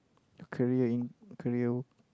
a career in career